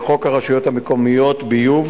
לחוק הרשויות המקומיות (ביוב),